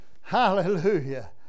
Hallelujah